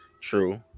True